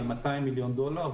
על 200 מיליון דולר,